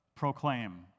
proclaim